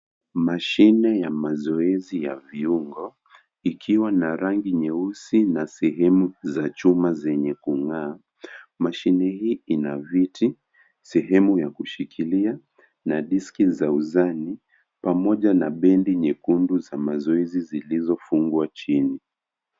Mashini ya mazoezi ya viungo ikiwa na rangi nyeusi na sehemu za chuma zenye kungaa. Mashini hii ina viti na sehemu ya kushughulikia na deski za uzani pamoja na pendin nyekundu za mazoezi zilizofungwa chini.